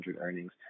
earnings